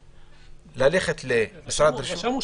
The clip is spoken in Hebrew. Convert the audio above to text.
סעיף 3 בהסכמה ואישרנו את סעיף 4. הוספנו גם